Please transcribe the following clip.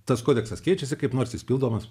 tas kodeksas keičiasi kaip nors jis pildomas